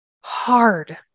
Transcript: hard